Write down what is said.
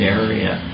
area